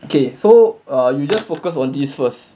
okay so err you just focus on this first